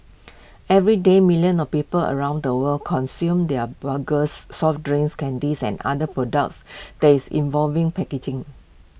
everyday millions of people around the world consume their burgers soft drinks candies and other products that involving packaging